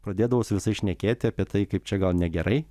pradėdavau su visais šnekėti apie tai kaip čia gal negerai